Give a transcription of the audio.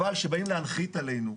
אבל כשבאים להנחית עלינו,